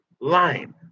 line